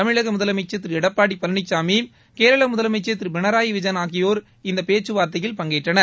தமிழக முதலமைச்சர் திரு எடப்பாடி பழனிசாமி கேரள முதலமைச்சர் திரு பினராயி விஜயன் ஆகியோர் இந்த பேச்சுவார்த்தையில் பங்கேற்றனர்